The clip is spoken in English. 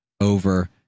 over